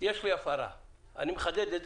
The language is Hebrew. אני מחדד.